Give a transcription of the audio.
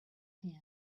hands